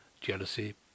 jealousy